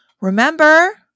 remember